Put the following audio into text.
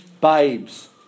babes